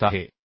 35 होत आहे